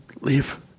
leave